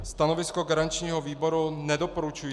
Stanovisko garančního výboru je nedoporučující.